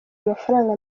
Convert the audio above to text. amafaranga